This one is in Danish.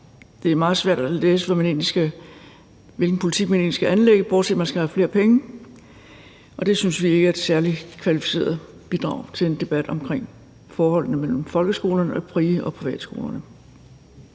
Det er meget svært at læse, hvilken politik man egentlig skal anlægge, bortset fra at man skal have flere penge, og det synes vi ikke er et særlig kvalificeret bidrag til en debat omkring forholdet mellem folkeskolerne og fri- og privatskolerne.